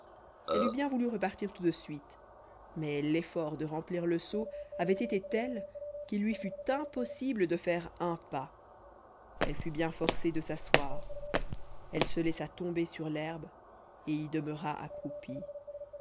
elle eût bien voulu repartir tout de suite mais l'effort de remplir le seau avait été tel qu'il lui fut impossible de faire un pas elle fut bien forcée de s'asseoir elle se laissa tomber sur l'herbe et y demeura accroupie